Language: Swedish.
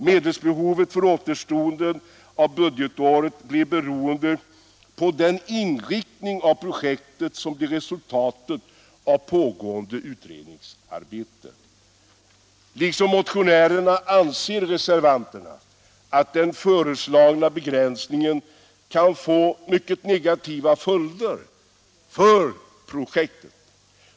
Medelsbehovet för återstoden av budgetåret blir beroende av den inriktning av projektet som blir resultatet av pågående utredningsarbete. Liksom motionärerna anser reservanterna att den föreslagna begränsningen kan få mycket negativa följder för projektet.